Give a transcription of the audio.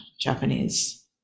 japanese